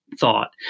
thought